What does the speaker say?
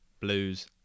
Blues